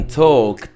talk